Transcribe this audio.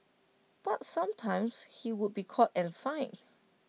but sometimes he would be caught and fined